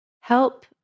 Help